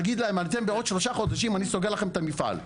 להגיד להם אתם בעוד שלושה חודשים אני סוגר לכם את המפעל.